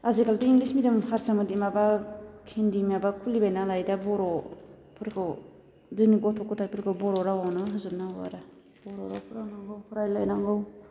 आजिखालिथ' English medium हारसामुदि माबा हिन्दी माबा खुलिबाय नालाय दा बर' फोरखौ जोंनि गथ' गथायफोरखौ बर' रावआवनो होजोबनांगौ आरो बर' राव फोरोंनांगौ रायलायनांगौ